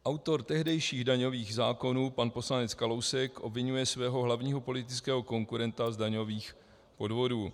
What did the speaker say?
Autor tehdejších daňových zákonů pan poslanec Kalousek obviňuje svého hlavního politického konkurenta z daňových podvodů.